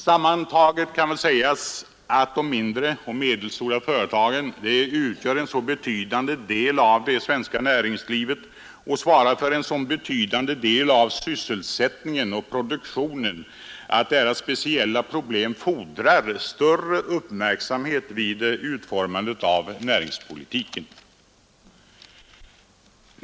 Sammantaget kan väl sägas att de mindre och medelstora företagen utgör en så betydande del av det svenska näringslivet och svarar för en så betydande del av sysselsättningen och produktionen att deras problem fordrar större uppmärksamhet vid utformandet av näringspolitiken.